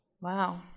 Wow